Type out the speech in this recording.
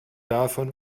davon